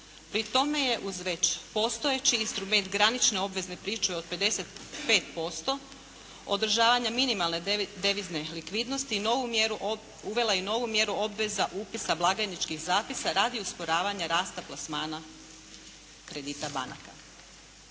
Pri tome je uz već postojeći instrument granične obvezne pričuve od 55% održavanja minimalne devizne likvidnosti uvela i novu mjera obveza upisa blagajničkih zapisa radi usporavanja rasta plasmana kredita banaka.